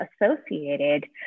associated